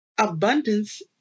Abundance